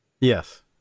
Yes